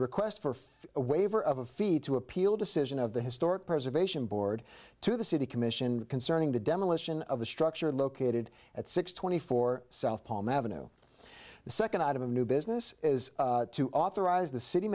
request for a waiver of a fee to appeal decision of the historic preservation board to the city commission concerning the demolition of the structure located at six twenty four south palm avenue the second item of new business is to authorize the city